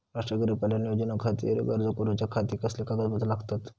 राष्ट्रीय गरीब कल्याण योजनेखातीर अर्ज करूच्या खाती कसली कागदपत्रा लागतत?